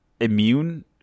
immune